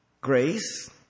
grace